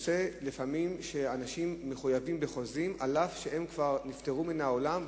יוצא לפעמים שאנשים מחויבים בחוזים אף שהם כבר נפטרו מן העולם,